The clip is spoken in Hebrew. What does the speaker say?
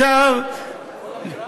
בכל המגרש?